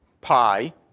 pi